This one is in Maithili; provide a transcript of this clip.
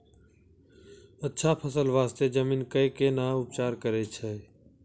अच्छा फसल बास्ते जमीन कऽ कै ना उपचार करैय छै